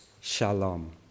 Shalom